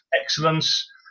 excellence